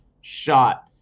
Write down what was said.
shot